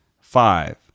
Five